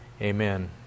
Amen